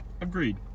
agreed